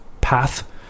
path